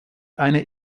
eine